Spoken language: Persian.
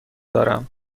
دارم